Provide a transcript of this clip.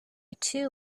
too